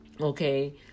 Okay